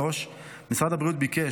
3. משרד הבריאות ביקש,